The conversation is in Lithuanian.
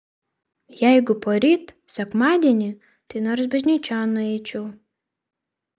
jeigu poryt sekmadienį tai nors bažnyčion nueičiau